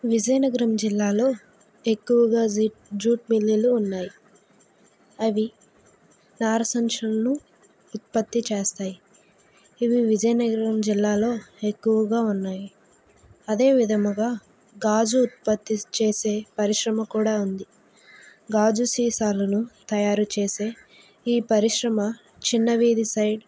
విజయనగరం జిల్లాలో ఎక్కువగా జి జూట్ మిల్లులు ఉన్నాయి అవి నార సంచులను ఉత్పత్తి చేస్తాయి ఇవి విజయనగరం జిల్లాలో ఎక్కువగా ఉన్నాయి అదే విధముగా గాజు ఉత్పత్తి చేసే పరిశ్రమ కూడా ఉంది గాజు సీసాలను తయారు చేసే ఈ పరిశ్రమ చిన్న వీధి సైడ్